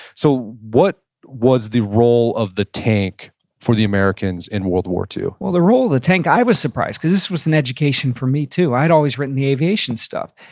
so what was the role of the tank for the americans in world war ii? well, the role of the tank, i was surprised, cause this was an education for me too. i had always written the aviation stuff.